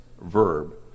verb